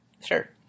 Sure